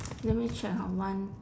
let me check hor one